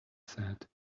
said